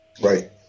Right